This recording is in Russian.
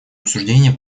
обсуждения